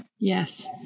yes